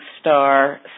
star